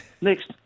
Next